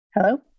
Hello